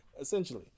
essentially